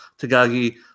Tagagi